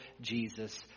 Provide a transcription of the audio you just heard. Jesus